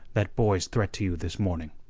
that boy's threat to you this morning.